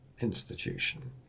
institution